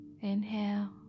Inhale